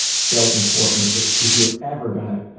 so important if if you're ever gonna, ah,